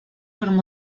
fueron